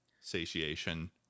satiation